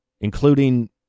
including